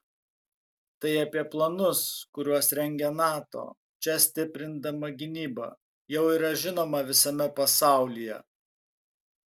tai apie planus kuriuos rengia nato čia stiprindama gynybą jau yra žinoma visame pasaulyje